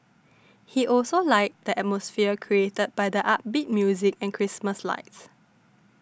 he also liked the atmosphere created by the upbeat music and Christmas lights